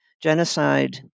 genocide